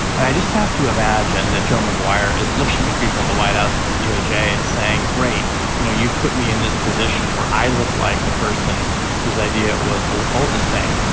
and i just have to imagine that joe maguire is looking at people in the white house and the doj and saying great you know you've put me in this position where i look like the person whose idea was to withhold this thing.